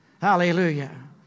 Hallelujah